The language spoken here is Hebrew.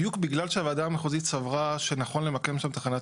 בדיוק בגלל שהוועדה המחוזית סברה שנכון למקם שם תחנת